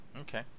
Okay